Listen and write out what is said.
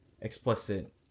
explicit